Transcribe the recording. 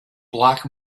black